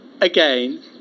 again